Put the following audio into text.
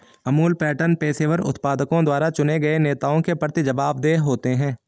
Amul pattern पेशेवर उत्पादकों द्वारा चुने गए नेताओं के प्रति जवाबदेह होते हैं